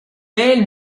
est